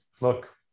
look